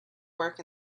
work